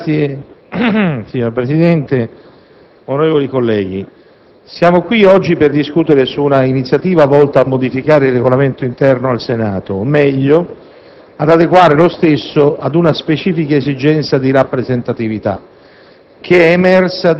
Signor Presidente, onorevoli colleghi, siamo qui oggi per discutere su un'iniziativa volta a modificare il Regolamento interno al Senato, o meglio ad adeguare lo stesso ad una specifica esigenza di rappresentatività